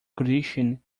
condition